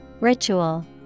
Ritual